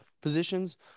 positions